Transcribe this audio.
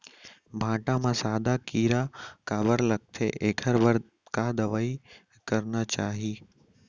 भांटा म सादा कीरा काबर लगथे एखर बर का दवई करना चाही?